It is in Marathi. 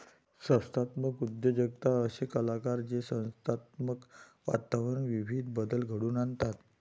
संस्थात्मक उद्योजकता असे कलाकार जे संस्थात्मक वातावरणात विविध बदल घडवून आणतात